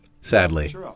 sadly